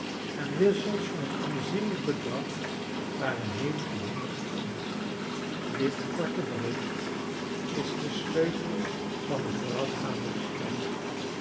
en wissels van een aanzienlijk bedrag waren haley in handen gekomen dit korte bericht is de sleutel van het voorafgaande gesprek